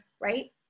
right